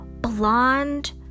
blonde